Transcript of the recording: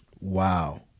Wow